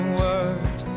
word